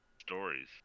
stories